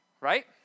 right